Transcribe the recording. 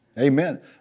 Amen